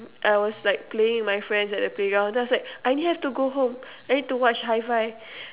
I was like playing with my friends at the playground then I was like I need to go home I need to watch high-five